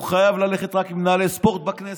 הוא חייב ללכת רק עם נעלי ספורט בכנסת.